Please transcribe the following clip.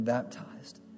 Baptized